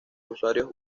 usuarios